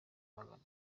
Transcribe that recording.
bagana